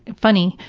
and funny,